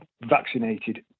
vaccinated